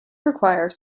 require